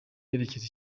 yerekeza